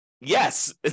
yes